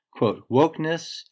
Wokeness